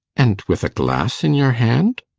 and with a glass in your hand!